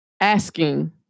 asking